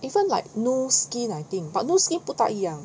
even like no skin I think but no skin 不大一样